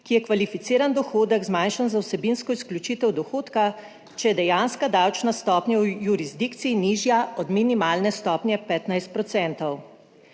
ki je kvalificiran dohodek, zmanjšan za vsebinsko izključitev dohodka, če je dejanska davčna stopnja v jurisdikciji nižja od minimalne stopnje 15 %.